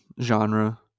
genre